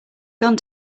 gone